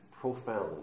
profound